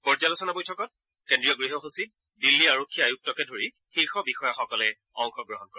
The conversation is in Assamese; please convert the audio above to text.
পৰ্যালোচনা বৈঠকত কেন্দ্ৰীয় গৃহ সচিব দিল্লী আৰক্ষী আয়ুক্তকে ধৰি শীৰ্ষ বিষয়াসকলে অংশগ্ৰহণ কৰে